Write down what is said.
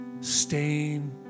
stain